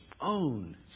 own